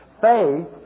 Faith